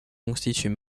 constituée